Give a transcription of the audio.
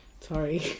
sorry